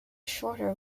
shorter